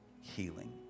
Healing